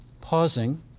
Pausing